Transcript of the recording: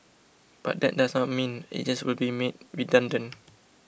but that does not mean agents will be made redundant